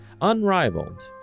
unrivaled